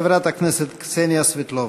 חברת הכנסת קסניה סבטלובה.